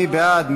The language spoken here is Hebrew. מי בעד?